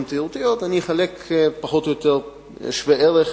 תיירותיות אני אחלק פחות או יותר שווה ערך,